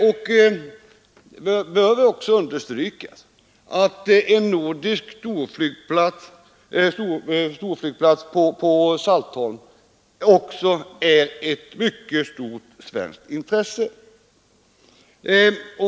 Det bör understrykas att en nordisk storflygplats på Saltholm också är ett mycket stort svenskt intresse.